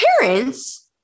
parents